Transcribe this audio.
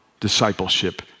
discipleship